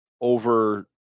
over